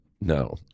no